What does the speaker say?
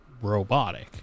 robotic